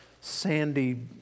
sandy